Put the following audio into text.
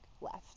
left